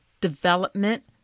Development